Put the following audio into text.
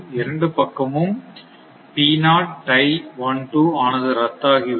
இரண்டு பக்கமும் இருக்கும் ஆனது ரத்து ஆகி விடும்